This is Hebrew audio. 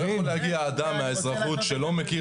לא יכול להגיע אדם מהאזרחות שלא מכיר